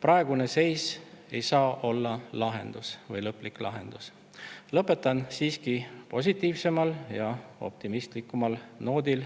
Praegune seis ei saa olla lahendus või lõplik lahendus. Lõpetan siiski positiivsemal ja optimistlikumal noodil.